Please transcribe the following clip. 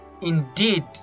indeed